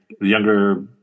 younger